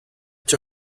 ciò